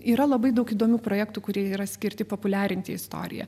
yra labai daug įdomių projektų kurie yra skirti populiarinti istoriją